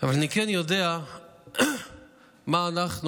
אבל אני כן יודע מה אנחנו,